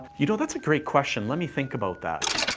you know that's a great question. let me think about that.